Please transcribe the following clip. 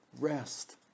rest